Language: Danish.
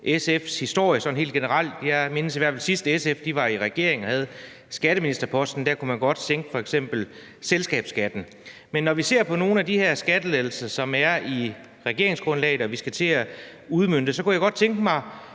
SF's historie helt generelt. Jeg mindes i hvert fald, at sidst SF var i regering og havde skatteministerposten, kunne man godt sænke f.eks. selskabsskatten. Men når vi ser på nogle af de her skattelettelser, som er i regeringsgrundlaget, og som vi skal til at udmønte, kunne jeg godt tænke mig